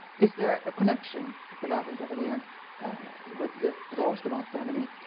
is there a connection of the laughing cavalier with the roosterman family